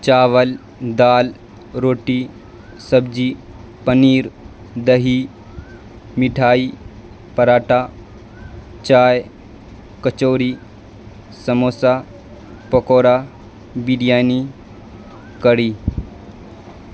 چاول دال روٹی سبجی پنیر دہی مٹھائی پراٹا چائے کچوری سموسہ پکورا بریانی کڑی